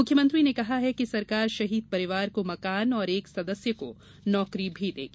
मुख्यमंत्री ने कहा है कि सरकार शहीद परिवार को मकान और एक सदस्य को नौकरी भी देगी